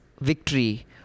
victory